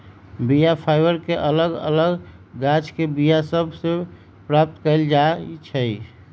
बीया फाइबर के अलग अलग गाछके बीया सभ से प्राप्त कएल जाइ छइ